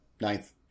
ninth